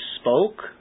spoke